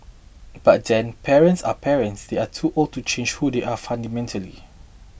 but then parents are parents they are too old to change who they are fundamentally